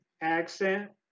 accent